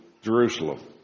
Jerusalem